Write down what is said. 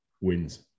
wins